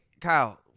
Kyle